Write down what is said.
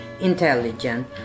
intelligent